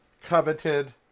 coveted